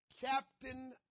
captain